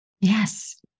Yes